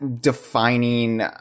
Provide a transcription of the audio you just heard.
defining